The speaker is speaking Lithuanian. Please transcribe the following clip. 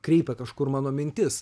kreipia kažkur mano mintis